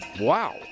Wow